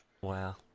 Wow